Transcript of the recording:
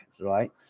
right